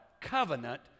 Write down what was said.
covenant